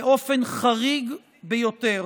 באופן חריג ביותר